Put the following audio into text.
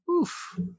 Oof